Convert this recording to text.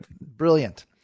Brilliant